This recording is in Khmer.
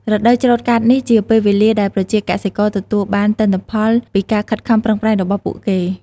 រដូវច្រូតកាត់ នេះជាពេលវេលាដែលប្រជាកសិករទទួលបានទិន្នផលពីការខិតខំប្រឹងប្រែងរបស់ពួកគេ។